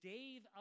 Dave